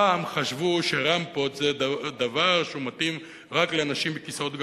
פעם חשבו שרמפות זה דבר שמתאים רק לאנשים בכיסאות גלגלים.